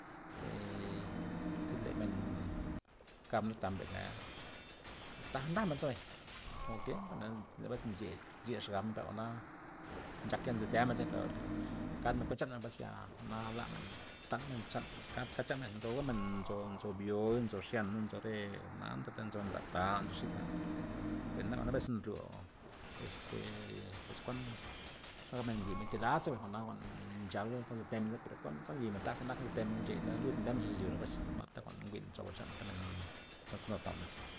eee tyz lemen kamen tamen per nea, taja ndamen zabay o tiempa nzo bes nzye nzye xabmen per jwa'na nchaka ta nziteamen per kad men kuen chanmen pues ya jwa'na lamen ta men chanmen kadmen chanmen men nzoga men nzo- nzo dbyo nzo xyana' nzo re jwa'na ta lad tan nzo xija per na bes nryo este ee pues kuan xa gabmen njwi'men thib ladxaba jwa'na jwa'n nchal ta nzitemen per kuan- kuan limen taja nketemen ncheya na lud ndemen izyore pues jwa'na jwa'n njwi'n sobre chan ti men nzonu tan.